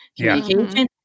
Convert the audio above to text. communication